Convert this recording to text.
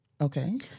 Okay